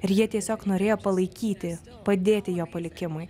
ir jie tiesiog norėjo palaikyti padėti jo palikimui